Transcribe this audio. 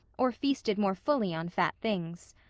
or feasted more fully on fat things.